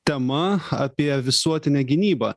tema apie visuotinę gynybą